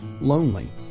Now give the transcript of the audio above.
lonely